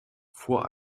vor